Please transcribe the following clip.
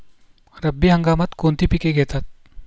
रब्बी हंगामात कोणती पिके घेतात?